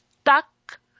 stuck